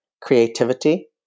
Creativity